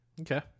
Okay